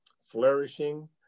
flourishing